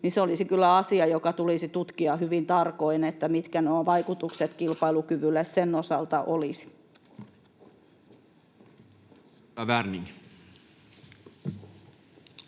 se olisi kyllä asia, joka tulisi tutkia hyvin tarkoin sen suhteen, mitkä nuo vaikutukset kilpailukykyyn sen osalta olisivat.